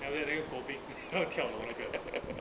then after that 那个 go big 那个跳楼的